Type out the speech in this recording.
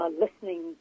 listening